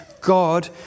God